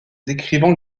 décrivant